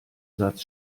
satz